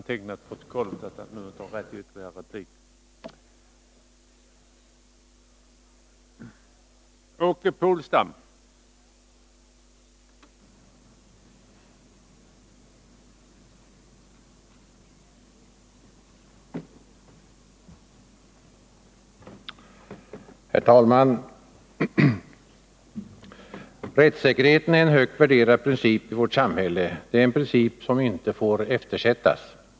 Herr talman! Rättssäkerheten är en högt värderad princip i vårt samhälle. Det är en princip som inte får eftersättas.